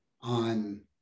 on